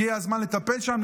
הגיע הזמן לטפל שם,